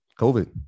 COVID